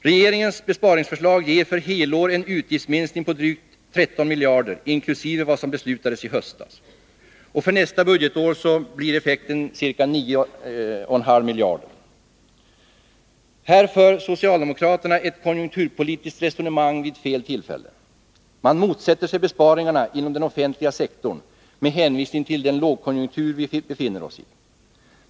Regeringens besparingsförslag ger för helår en utgiftsminskning på drygt 13 miljarder, inkl. vad som beslutades i höstas. För nästa budgetår blir effekten ca 9,5 miljarder. Här för socialdemokraterna ett konjunkturpolitiskt resonemang vid fel tillfälle. Man motsätter sig besparingarna inom den offentliga sektorn med hänvisning till den lågkonjunktur vi befinner oss i.